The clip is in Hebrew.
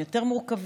הם יותר מורכבים,